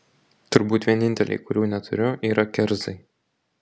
turbūt vieninteliai kurių neturiu yra kerzai